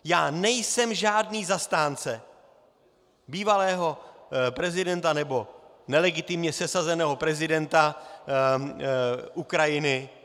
Já nejsem žádný zastánce bývalého prezidenta nebo nelegitimně sesazeného prezidenta Ukrajiny.